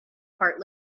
part